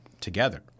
together